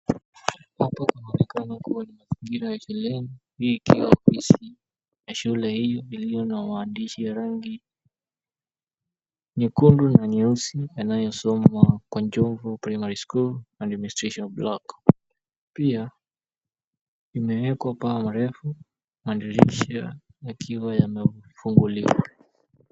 Hapa kunaonekana kuwa ni mazingira ya shuleni, hii ikiwa ofisi ya shule hio ikiwa na maandishi ya rangi nyekundu na nyeusi yanayosomwa KWA JOMVU PRIMARY SCHOOL ADMINISTRATION BLOCK, pia imeekwa paa mrefu, madirisha yakiwa yamefunguliwa.